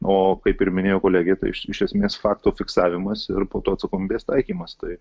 o kaip ir minėjo kolegė tai iš esmės fakto fiksavimas ir po to atsakomybės taikymas tai